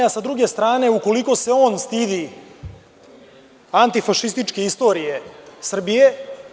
S druge strane, ukoliko se on stidi antifašističke istorije Srbije